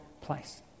place